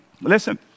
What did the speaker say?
Listen